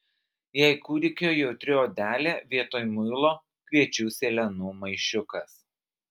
jei kūdikio jautri odelė vietoj muilo kviečių sėlenų maišiukas